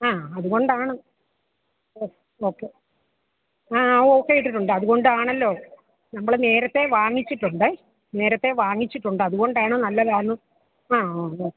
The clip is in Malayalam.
ആ അതുകൊണ്ടാണ് ഓ ഓക്കെ ആ ഓക്കെ ഇട്ടിട്ടുണ്ട് അതുകൊണ്ടാണ് അല്ലോ നമ്മൾ നേരത്തെ വാങ്ങിച്ചിട്ടുണ്ട് നേരത്തെ വാങ്ങിച്ചിട്ടുണ്ട് അത് കൊണ്ടാണ് നല്ലതാണ് ആ ആ അതെ